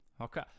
Okay